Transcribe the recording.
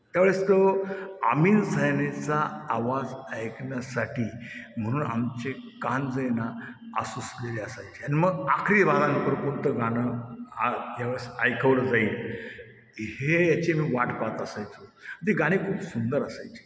त्यावेळेस तो आमीन सयानीचा आवाज ऐकण्यासाठी म्हणून आमचे कान जे आहे ना आसूसलेले असायचे आणि मग आखरी पादानपर कोणतं गाणं आ यावेळेस ऐकवलं जाईल हे याची मी वाट पाहात असायचो ते गाणी खूप सुंदर असायची